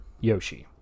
Yoshi